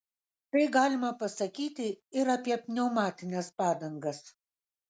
tai galima pasakyti ir apie pneumatines padangas